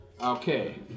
Okay